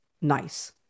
nice